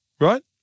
right